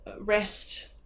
rest